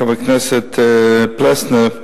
חבר הכנסת פלסנר,